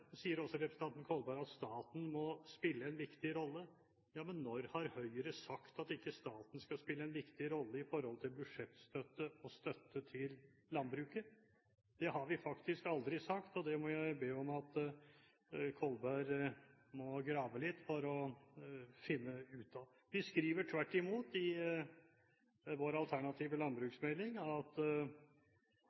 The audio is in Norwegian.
sier også representanten Kolberg at staten må spille en viktig rolle. Når har Høyre sagt at staten ikke skal spille en viktig rolle for budsjettstøtte og støtte til landbruket? Det har vi faktisk aldri sagt, og det må jeg be om at representanten Kolberg graver litt for å finne ut av. Vi skriver tvert imot i vår alternative landbruksmelding at